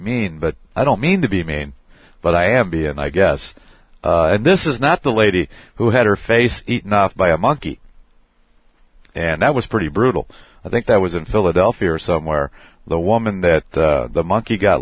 mean but i don't mean to be mean but i am be and i guess this is not the lady who had her face enough by a monkey and that was pretty brutal i think that was in philadelphia or somewhere the woman that the monkey got